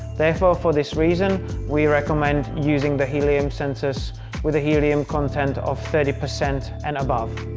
therefore for this reason we recommend using the helium sensors with a helium content of thirty percent and above.